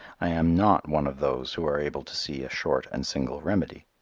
i am not one of those who are able to see a short and single remedy.